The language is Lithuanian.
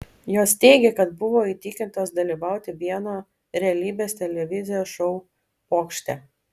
jos teigė kad buvo įtikintos dalyvauti vieno realybės televizijos šou pokšte